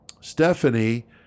Stephanie